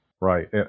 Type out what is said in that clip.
Right